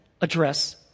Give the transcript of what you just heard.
address